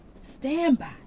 standby